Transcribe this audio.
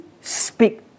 speak